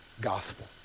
gospel